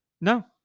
No